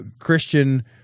Christian